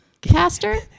Pastor